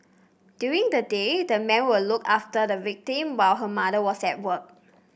during the day the man would look after the victim while her mother was at work